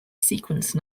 sequence